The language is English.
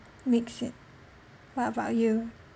mix it what about you